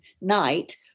night